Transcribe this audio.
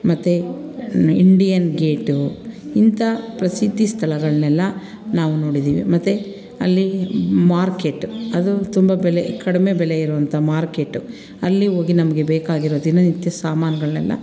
ಮತ್ತು Indian gate ಇಂಥ ಪ್ರಸಿದ್ಧಿ ಸ್ಥಳಗಳನ್ನೆಲ್ಲ ನಾವು ನೋಡಿದ್ದೀವಿ ಮತ್ತು ಅಲ್ಲಿ ಮಾರ್ಕೆಟ್ ಅದು ತುಂಬ ಬೆಲೆ ಕಡಿಮೆ ಬೆಲೆ ಇರುವಂಥ ಮಾರ್ಕೆಟು ಅಲ್ಲಿ ಹೋಗಿ ನಮಗೆ ಬೇಕಾಗಿರೋ ದಿನನಿತ್ಯ ಸಾಮಾನುಗಳ್ನೆಲ್ಲ